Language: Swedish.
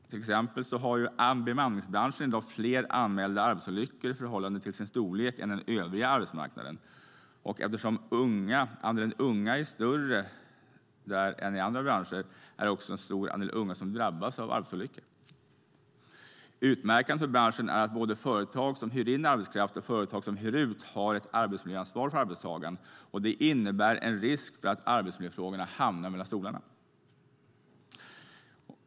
Till exempel har bemanningsbranschen i dag fler anmälda arbetsolyckor i förhållande till sin storlek än den övriga arbetsmarknaden. Eftersom andelen unga är större i bemanningsbranschen än i andra branscher är det en stor andel unga som drabbas av arbetsolyckor. Utmärkande för branschen är att både företag som hyr in arbetskraft och företag som hyr ut arbetskraft har ett arbetsmiljöansvar för arbetstagaren. Det innebär en risk för att arbetsmiljöfrågorna hamnar mellan stolarna.